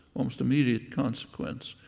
almost immediate consequence,